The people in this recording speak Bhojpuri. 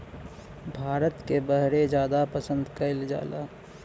भारत के बहरे जादा पसंद कएल जाला